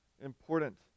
important